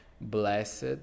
Blessed